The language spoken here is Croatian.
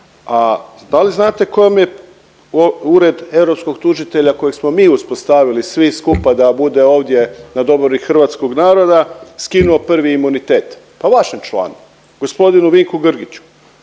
a da li znate kojom je Ured europskog tužitelja kojeg smo mi uspostavili svi skupa da bude ovdje na dobrobit hrvatskog naroda skinuo prvi imunitet? Pa vašem članu, g. Vinku Grgiću.